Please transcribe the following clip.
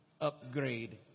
upgrade